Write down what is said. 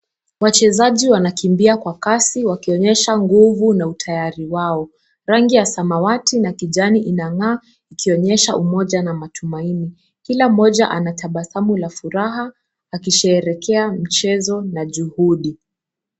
Wachezaji wanakimbia kwa kasi wakionyesha nguvu na utayari wao. Rangi ya samawati na kijani inang'aa ikionyesha umoja na matumaini. Kila mmoja anatabasamu la furaha akisherehekea mchezo na juhudi.